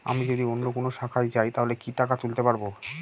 আমি যদি অন্য কোনো শাখায় যাই তাহলে কি টাকা তুলতে পারব?